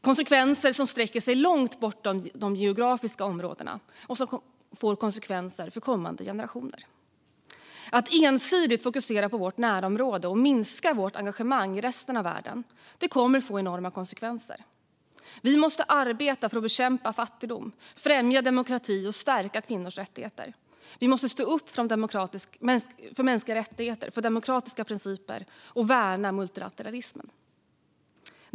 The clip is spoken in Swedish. Konsekvenserna sträcker sig långt bortom de geografiska områdena och drabbar även kommande generationer. Att ensidigt fokusera på vårt närområde och minska vårt engagemang i resten av världen kommer att få enorma konsekvenser. Vi måste arbeta för att bekämpa fattigdom, främja demokrati och stärka kvinnors rättigheter. Vi måste stå upp för mänskliga rättigheter och demokratiska principer och värna multilateralismen.